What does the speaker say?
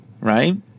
Right